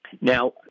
Now